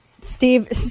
Steve